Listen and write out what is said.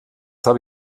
habe